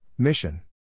Mission